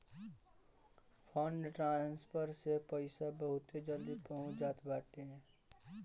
fund transfer से पईसा बहुते जल्दी पहुंच जात बाटे